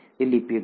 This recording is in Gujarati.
તે લિપિડ છે